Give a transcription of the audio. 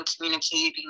communicating